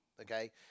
Okay